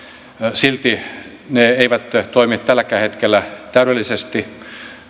silti ne eivät toimi tälläkään hetkellä täydellisesti